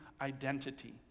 identity